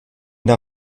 der